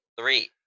three